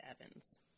Evans